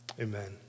Amen